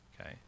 Okay